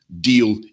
deal